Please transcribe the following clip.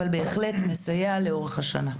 אבל בהחלט נסייע לאורך השנה,